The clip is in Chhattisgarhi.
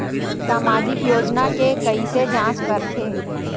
सामाजिक योजना के कइसे जांच करथे?